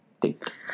date